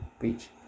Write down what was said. Beach